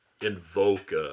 invoke